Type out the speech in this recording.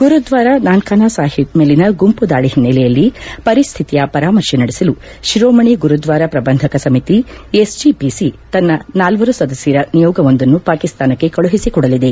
ಗುರುದ್ವಾರ ನಾನ್ಕಾನ್ ಸಾಹೇಬ್ ಮೇಲಿನ ಗುಂಪು ದಾಳಿ ಹಿನ್ನೆಲೆಯಲ್ಲಿ ಪರಿಸ್ಥಿತಿಯ ಪರಾಮರ್ಶೆ ನಡೆಸಲು ಶಿರೋಮಣಿ ಗುರುದ್ವಾರ ಪ್ರಬಂಧಕ ಸಮಿತಿ ಎಸ್ಜಿಪಿಸಿ ತನ್ನ ನಾಲ್ವರು ಸದಸ್ಯರ ನಿಯೋಗವೊಂದನ್ನು ಪಾಕಿಸ್ತಾನಕ್ಕೆ ಕಳುಹಿಸಿಕೊಡಲಿದೆ